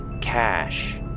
Cash